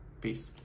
Peace